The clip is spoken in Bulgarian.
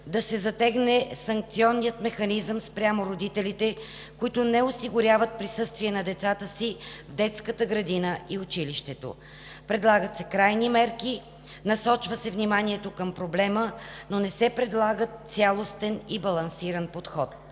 да се затегне санкционният механизъм спрямо родителите, които не осигуряват присъствието на децата си в детската градина и училището. Предлагат се крайни мерки, насочва се внимание към проблема, но не се предлага цялостен и балансиран подход.